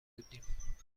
بودیم